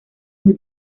muy